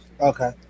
Okay